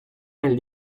nel